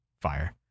Fire